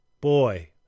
boy